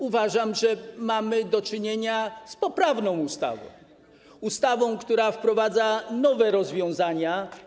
Uważam, że mamy do czynienia z poprawną ustawą - ustawą, która wprowadza nowe rozwiązania.